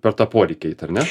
per tą poreikį eit ar ne